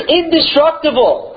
indestructible